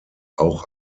auch